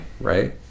Right